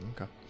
Okay